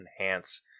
enhance